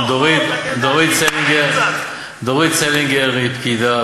דורית סלינגר היא פקידה,